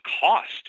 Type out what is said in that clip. cost